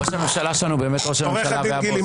ראש הממשלה שלנו הוא באמת ראש הממשלה והבוס,